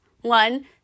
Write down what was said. One